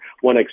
one